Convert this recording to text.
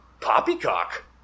poppycock